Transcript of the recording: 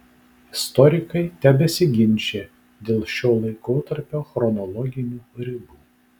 istorikai tebesiginčija dėl šio laikotarpio chronologinių ribų